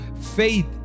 faith